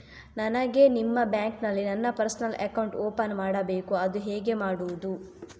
ನನಗೆ ನಿಮ್ಮ ಬ್ಯಾಂಕಿನಲ್ಲಿ ನನ್ನ ಪರ್ಸನಲ್ ಅಕೌಂಟ್ ಓಪನ್ ಮಾಡಬೇಕು ಅದು ಹೇಗೆ ಮಾಡುವುದು?